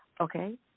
okay